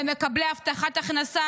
למקבלי הבטחת הכנסה,